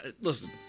listen